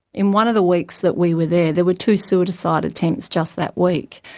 in one of the weeks that we were there, there were two suicide attempts just that week.